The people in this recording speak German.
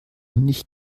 nicht